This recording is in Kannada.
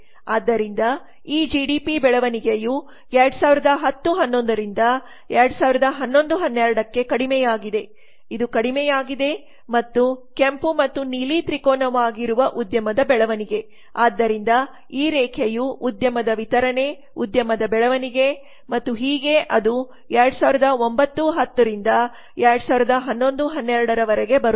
ಆದ್ದರಿಂದ ಈ ಜಿಡಿಪಿ ಬೆಳವಣಿಗೆಯು 2010 11ರಿಂದ 2011 12ಕ್ಕೆ ಕಡಿಮೆಯಾಗಿದೆ ಇದು ಕಡಿಮೆಯಾಗಿದೆ ಮತ್ತು ಕೆಂಪು ಮತ್ತು ನೀಲಿ ತ್ರಿಕೋನವಾಗಿರುವ ಉದ್ಯಮದ ಬೆಳವಣಿಗೆ ಆದ್ದರಿಂದ ಈ ರೇಖೆಯು ಉದ್ಯಮದ ವಿತರಣೆ ಉದ್ಯಮದ ಬೆಳವಣಿಗೆ ಮತ್ತು ಹೀಗೆ ಅದು 2009 10 ರಿಂದ 2011 12 ರವರೆಗೆ ಬರುತ್ತದೆ